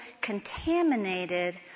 contaminated